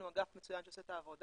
יש לנו אגף מצוין שעושה את העבודה,